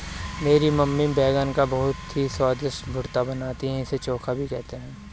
मेरी मम्मी बैगन का बहुत ही स्वादिष्ट भुर्ता बनाती है इसे चोखा भी कहते हैं